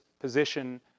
position